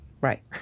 Right